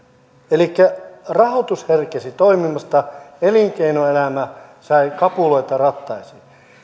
elikkä rahoitus herkesi toimimasta elinkeinoelämä sai kapuloita rattaisiin